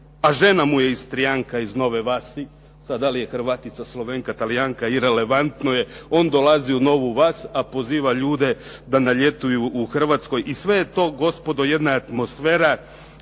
a žena mu je Istrijanka iz Nove Vasi, sad da li je Hrvatica, Slovenka, Talijanka, irelevantno je. On dolazi u Novu Vas, a poziva ljude da ne ljetuju u Hrvatskoj i sve je to gospodo jedna atmosfera